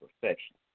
perfection